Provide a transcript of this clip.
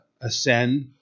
ascend